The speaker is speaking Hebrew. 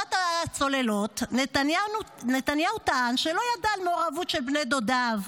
בפרשת הצוללות נתניהו טען שלא ידע על מעורבות של בני דודיו,